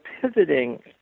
pivoting